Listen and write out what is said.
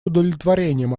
удовлетворением